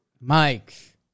Mike